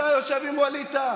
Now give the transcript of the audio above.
אתה יושב עם ווליד טאהא.